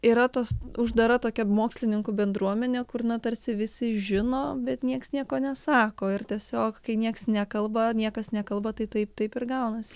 yra tas uždara tokia mokslininkų bendruomenė kur na tarsi visi žino bet nieks nieko nesako ir tiesiog kai nieks nekalba niekas nekalba tai taip taip ir gaunasi